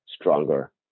stronger